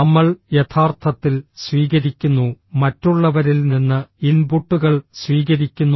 നമ്മൾ യഥാർത്ഥത്തിൽ സ്വീകരിക്കുന്നു മറ്റുള്ളവരിൽ നിന്ന് ഇൻപുട്ടുകൾ സ്വീകരിക്കുന്നു